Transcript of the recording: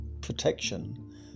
protection